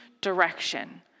direction